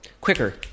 Quicker